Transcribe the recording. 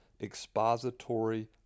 Expository